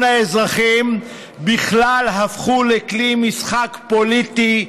האזרחים בכלל הפכו לכלי משחק פוליטי,